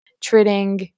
treating